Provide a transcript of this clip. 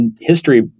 history